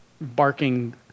barking